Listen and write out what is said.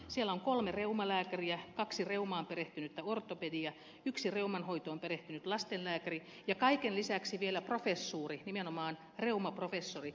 siellä on kolme reumalääkäriä kaksi reumaan perehtynyttä ortopediä yksi reuman hoitoon perehtynyt lastenlääkäri ja kaiken lisäksi vielä professuuri nimenomaan reumaprofessori